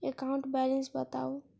account balance बताउ